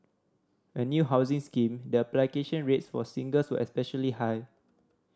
a new housing scheme the application rates for singles especially high